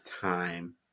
time